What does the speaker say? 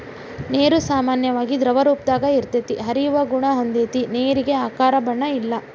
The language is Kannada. ನೇರು ಸಾಮಾನ್ಯವಾಗಿ ದ್ರವರೂಪದಾಗ ಇರತತಿ, ಹರಿಯುವ ಗುಣಾ ಹೊಂದೆತಿ ನೇರಿಗೆ ಆಕಾರ ಬಣ್ಣ ಇಲ್ಲಾ